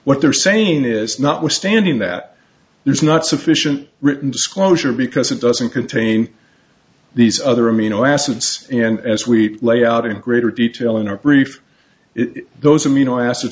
what they're saying is notwithstanding that there's not sufficient written disclosure because it doesn't contain these other amino acids and as we lay out in greater detail in our brief it those amino acids